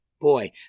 Boy